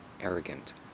arrogant